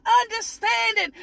understanding